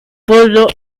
pueblo